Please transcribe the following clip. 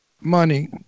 Money